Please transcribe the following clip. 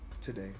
today